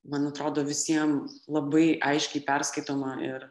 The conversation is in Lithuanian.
man atrodo visiem labai aiškiai perskaitoma ir